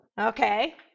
Okay